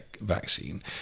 vaccine